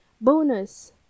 bonus